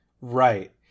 Right